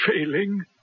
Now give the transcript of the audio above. failing